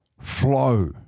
flow